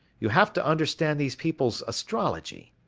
you have to understand these people's astrology.